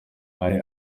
ari